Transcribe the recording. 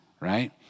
right